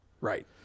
Right